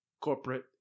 corporate